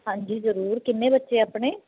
ਹਾਂਜੀ ਜ਼ਰੂਰ ਕਿੰਨੇ ਬੱਚੇ ਆਪਣੇ